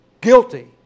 guilty